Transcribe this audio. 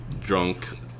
drunk